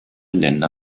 länder